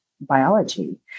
biology